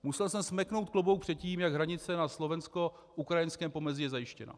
Musel jsem smeknout klobouk před tím, jak je hranice na slovenskoukrajinském pomezí zajištěna.